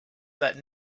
that